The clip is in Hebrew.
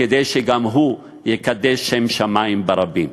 כדי שגם הוא יקדש שם שמים ברבים.